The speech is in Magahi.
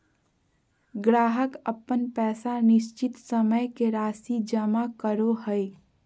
ग्राहक अपन पैसा निश्चित समय के राशि जमा करो हइ